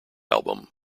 album